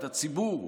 את הציבור,